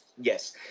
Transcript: Yes